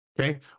Okay